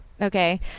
Okay